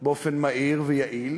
באופן מהיר ויעיל,